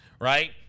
right –